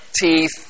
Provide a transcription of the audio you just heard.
teeth